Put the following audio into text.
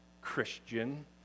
Christian